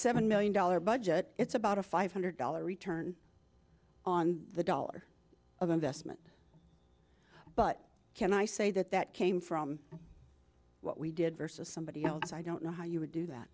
seven million dollars budget it's about a five hundred dollar return on the dollar of investment but can i say that that came from what we did versus somebody else i don't know how you would do that